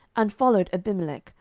and followed abimelech,